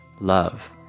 love